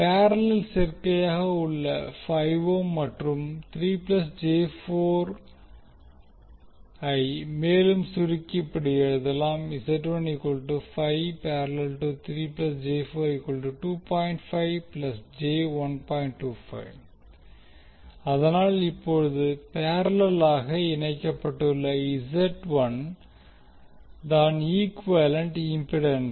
parallel சேர்கையாக உள்ள 5 ohm மற்றும் ஐ மேலும் சுருக்கி இப்படி எழுதலாம் அதனால் இப்போது பேரல்லேலாக இணைக்கப்பட்டுள்ள Z1 தான் ஈக்குவேலன்ட் இம்பிடென்ஸ்